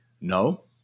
no